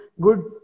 good